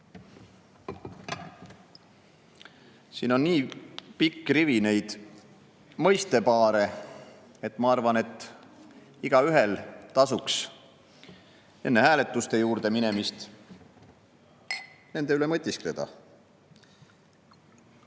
Siin on pikk rivi mõistepaare. Ma arvan, et igaühel tasuks enne hääletuste juurde minemist nende üle mõtiskleda.